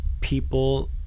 people